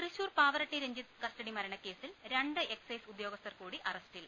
Thrissur Pavaratti Ranjith custody മരണക്കേസിൽ രണ്ട് excise ഉദ്യോഗസ്ഥർകൂടി അറസ്റ്റിൽ